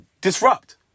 disrupt